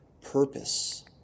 purpose